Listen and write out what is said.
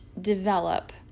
develop